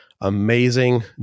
amazing